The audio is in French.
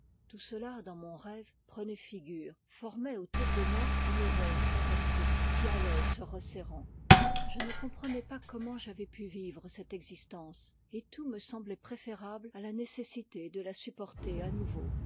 tout cela dans mon rêve prenait figure formait autour de moi une ronde fantastique qui allait se resserrant je ne comprenais pas comment j'avais pu vivre cette existence et tout me semblait préférable à la nécessité de la supporter à nouveau